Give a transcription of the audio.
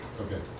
Okay